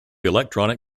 electronic